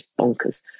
bonkers